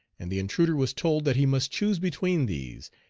and the intruder was told that he must choose between these,